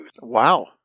Wow